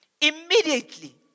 Immediately